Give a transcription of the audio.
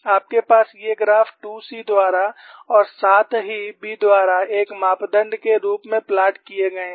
आपके पास ये ग्राफ़ 2c द्वारा और साथ ही B द्वारा एक मापदण्ड के रूप में प्लॉट किए गए हैं